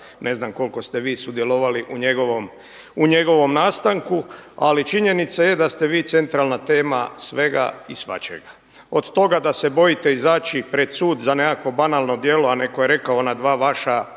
ne znam koliko ste vi sudjelovali u njegovom nastanku, ali činjenica je da ste vi centralna tema svega i svačega. Od toga da se bojite izaći pred sud za nekakvo banalno djelo, a neko je rekao ona dva vaša